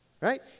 right